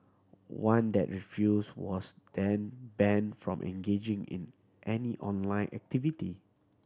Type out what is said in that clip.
one that refused was then banned from engaging in any online activity